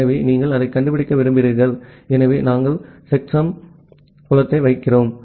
எனவே நீங்கள் அதைக் கண்டுபிடிக்க விரும்புகிறீர்கள் எனவே நாங்கள் செக்சம் புலத்தை வைக்கிறோம்